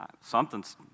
something's